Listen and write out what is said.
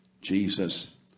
Jesus